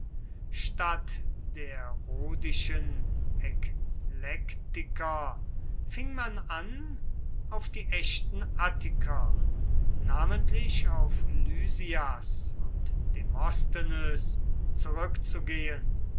statt der rhodischen eklektiker fing man an auf die echten attiker namentlich auf lysias und demosthenes zurückzugehen